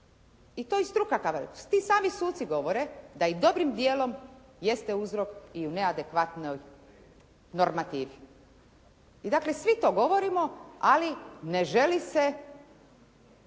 i to i struka kaže, to i sami suci govore da dobrim dijelom jeste uzrok i neadekvatni normativ. I dakle svi to govorimo, ali ne želi se